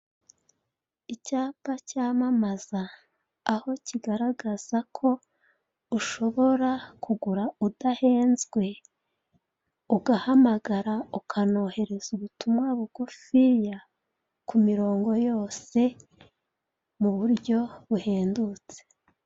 Icyapa cyamamaza, aho kigaragaza ko ushobora kugura udahenzwe ugahamagara ukanohereza ubutumwa bugufiya ku mirongo yose mu buryo buhendutse.